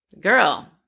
Girl